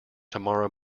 tomorrow